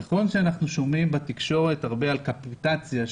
נכון שאנחנו שומעים בתקשורת הרבה על קפיטציה,